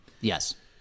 Yes